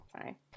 sorry